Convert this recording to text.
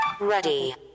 Ready